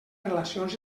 relacions